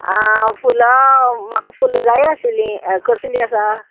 आं फुलां म्हाका फुलां जाय आशिल्लीं कसलीं आसा